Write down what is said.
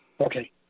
Okay